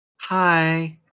Hi